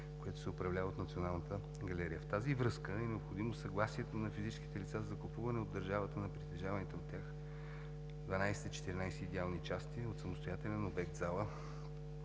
което се управлява от Националната галерия. В тази връзка е необходимо съгласието на физическите лица за закупуване от държавата на притежаваните от тях 12/14 идеални части от самостоятелен обект – зала,